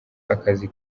akazi